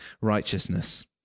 righteousness